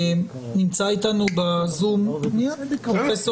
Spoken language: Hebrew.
נמצא איתנו בזום פרופ'